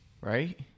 Right